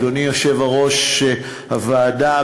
אדוני יושב-ראש הוועדה,